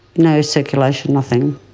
no circulation, nothing.